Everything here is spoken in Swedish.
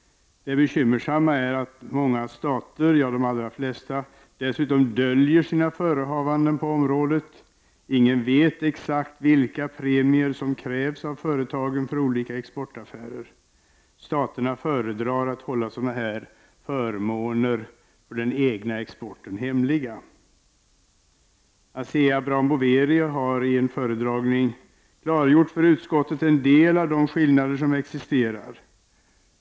Det bekymmersamma är att många stater — ja, de allra flesta — dessutom döljer sina förehavanden på området. Ingen vet exakt vilka premier som krävs av företagen för olika exportaffärer. Staterna föredrar att hålla sådana här förmåner för den egna exporten hemliga. Asea Brown Boveri har i en föredragning klargjort för utskottet en del av de skillnader som existerar.